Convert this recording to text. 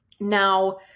Now